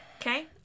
Okay